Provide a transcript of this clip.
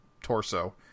torso